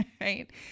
right